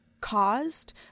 caused